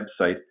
website